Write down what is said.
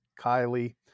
Kylie